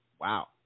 Wow